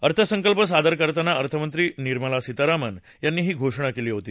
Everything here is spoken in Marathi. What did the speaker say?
अर्थसंकल्प सादर करतना अर्थमंत्री निर्मला सीतारामन यांनी ही घोषणा केली होती